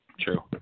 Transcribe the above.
True